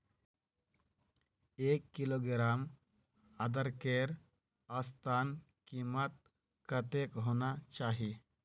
एक किलोग्राम अदरकेर औसतन कीमत कतेक होना चही?